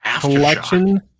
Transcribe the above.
Collection